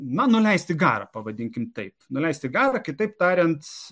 na nuleisti garą pavadinkim taip nuleisti garą kitaip tariant